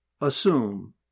assume